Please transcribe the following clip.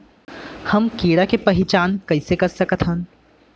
हम कीड़ा के पहिचान कईसे कर सकथन